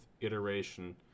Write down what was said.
iteration